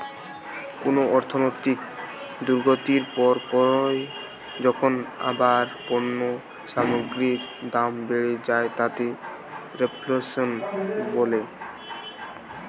কুনো অর্থনৈতিক দুর্গতির পর পরই যখন আবার পণ্য সামগ্রীর দাম বেড়ে যায় তাকে রেফ্ল্যাশন বলে